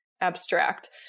abstract